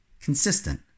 consistent